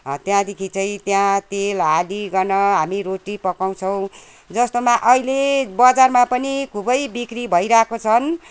त्यहाँदेखि चाहिँ त्यहाँ तेल हालिकन हामी रोटी पकाउँछौँ जस्तोमा अहिले बजारमा पनि खुबै बिक्री भइरहेको छन्